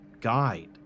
guide